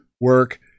work